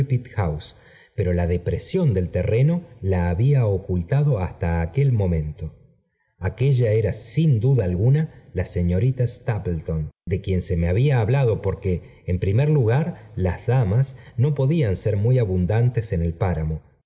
pero la depresión del terreno la había ocultado hasta aquel momento aquella era sin duda alguna la señorita stapleton de quien se me había hablado porque en primer lugar las damas no podían ser muy abundantes en el páramo